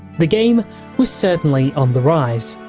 the game was certainly on the rise.